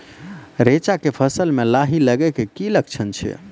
रैचा के फसल मे लाही लगे के की लक्छण छै?